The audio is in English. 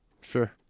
Sure